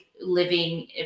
living